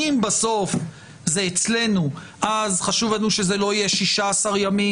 אם בסוף זה אצלנו אז חשוב לנו שזה לא יהיה 16 ימים,